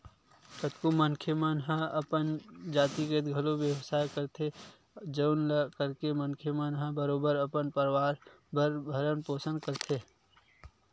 कतको मनखे मन हा अपन जातिगत घलो बेवसाय करथे जउन ल करके मनखे मन ह बरोबर अपन परवार के भरन पोसन करथे